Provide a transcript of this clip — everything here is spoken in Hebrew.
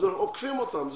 עוקפים אותם.